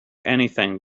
anything